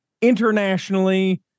internationally